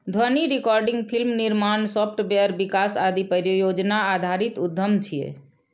ध्वनि recording, film निर्माण, software विकास आदि परियोजना आधारित उद्यम छियै